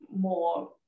more